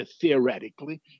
theoretically